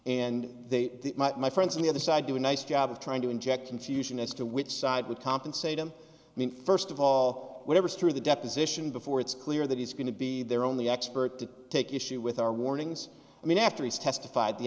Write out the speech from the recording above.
and they might my friends on the other side do a nice job of trying to inject confusion as to which side would compensate him i mean first of all whatever's through the deposition before it's clear that he's going to be their only expert to take issue with our warnings i mean after he's testified the